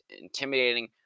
intimidating